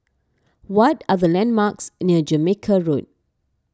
what are the landmarks near Jamaica Road